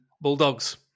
Bulldogs